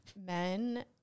Men